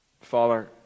Father